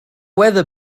weather